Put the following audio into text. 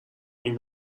این